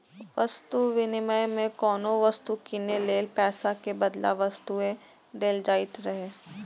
वस्तु विनिमय मे कोनो वस्तु कीनै लेल पैसा के बदला वस्तुए देल जाइत रहै